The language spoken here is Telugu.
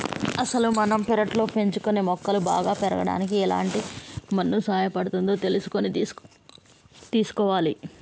అసలు మనం పెర్లట్లో పెంచుకునే మొక్కలు బాగా పెరగడానికి ఎలాంటి మన్ను సహాయపడుతుందో తెలుసుకొని తీసుకోవాలి